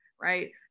Right